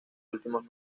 últimos